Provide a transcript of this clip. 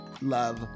love